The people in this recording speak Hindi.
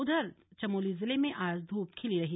उधर चमोली जिले में आज धूप खिली रही